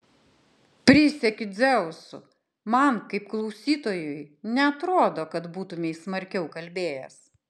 prisiekiu dzeusu man kaip klausytojui neatrodo kad būtumei smarkiau kalbėjęs